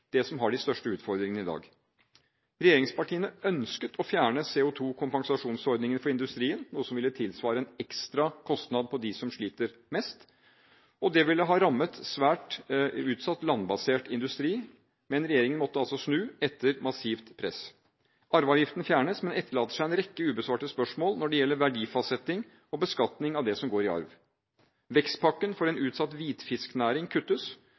konkurranseutsatte næringsliv, som har de største utfordringene i dag. Regjeringspartiene ønsket å fjerne CO2-kompensasjonsordningen for industrien, noe som ville ha tilsvart en ekstra kostnad for dem som sliter mest, og det ville ha rammet svært utsatt landbasert industri. Men regjeringen måtte altså snu, etter massivt press. Arveavgiften fjernes, men etterlater seg en rekke ubesvarte spørsmål når det gjelder verdifastsetting og beskatning av det som går i arv. Vekstpakken for en utsatt hvitfisknæring kuttes,